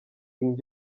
king